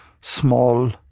small